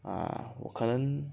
uh 我可能